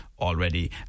already